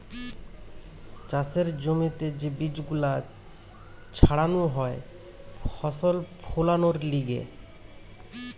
চাষের জমিতে যে বীজ গুলো ছাড়ানো হয় ফসল ফোলানোর লিগে